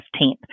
15th